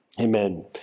Amen